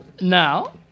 Now